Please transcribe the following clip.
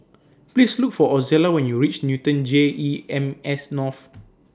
Please Look For Ozella when YOU REACH Newton J E M S North